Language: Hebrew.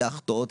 יאכטות,